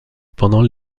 pendant